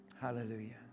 Hallelujah